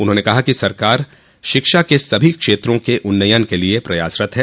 उन्होंने कहा कि सरकार शिक्षा के सभी क्षेत्रों के उन्नयन के लिये प्रयासरत है